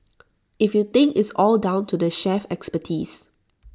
if you think it's all down to the chef's expertise